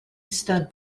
stud